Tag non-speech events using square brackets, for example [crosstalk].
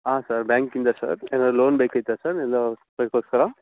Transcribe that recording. ಹಾಂ ಸರ್ ಬ್ಯಾಂಕಿಂದ ಸರ್ ಏನಾರು ಲೋನ್ ಬೇಕಿತ್ತಾ ಸರ್ ಇದು [unintelligible] ಕ್ಕೋಸ್ಕರ